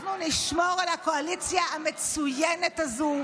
אנחנו נשמור על הקואליציה המצוינת הזו,